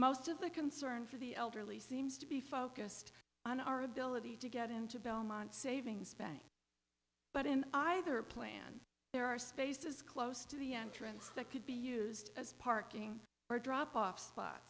most of the concern for the elderly seems to be focused on our ability to get into belmont savings bank but in either plan there are spaces close to the entrance that could be used as parking or dropoff